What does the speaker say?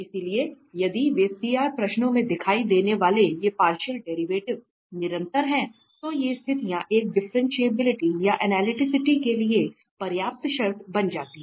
इसलिए यदि वे प्रश्नों में दिखाई देने वाले ये पार्शियल डेरिवेटिव निरंतर हैं तो ये स्थितियां एक डिफ्रेंटिएबिलिटीया अनलिटीसीटी के लिए पर्याप्त शर्त बन जाती हैं